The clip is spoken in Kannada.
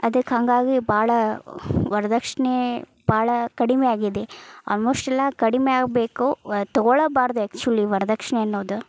ಅದಕ್ಕೆ ಹಾಗಾಗಿ ಭಾಳ ವರದಕ್ಷ್ಣೆ ಭಾಳ ಕಡಿಮೆ ಆಗಿದೆ ಆಲ್ಮೋಶ್ಟ್ ಎಲ್ಲ ಕಡಿಮೆ ಆಗಬೇಕು ತೊಗೊಳಬಾರ್ದು ಆ್ಯಕ್ಚುಲಿ ವರದಕ್ಷ್ಣೆ ಅನ್ನೋದು